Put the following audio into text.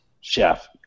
chef